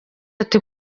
ati